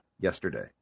yesterday